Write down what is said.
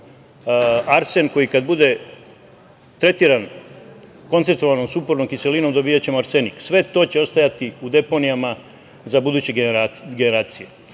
arsen, koji kad bude tretiran koncentrovanom sumpornom kiselinom dobijaćemo arsenik. Sve to će ostajati u deponijama za buduće generacije. Ono